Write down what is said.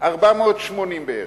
480 בערך.